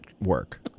work